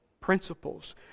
principles